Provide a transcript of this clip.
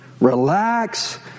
relax